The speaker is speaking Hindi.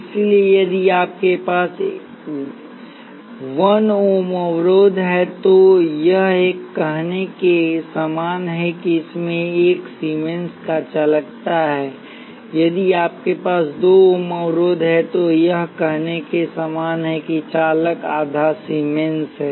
इसलिए यदि आपके पास 1 ओम अवरोधक है तो यह कहने के समान है कि इसमें 1 सीमेंस का चालकता है यदि आपके पास 2 ओम अवरोधक है तो यह कहने के समान है कि चालन आधा सीमेंस है